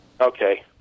Okay